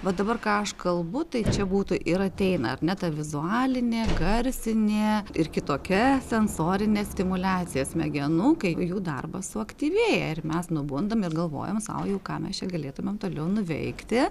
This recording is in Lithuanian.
va dabar ką aš kalbu tai čia būtų ir ateina ar ne ta vizualinė garsinė ir kitokia sensorinė stimuliacija smegenų kai jų darbas suaktyvėja ir mes nubundam ir galvojam sau jau ką mes čia galėtumėm toliau nuveikti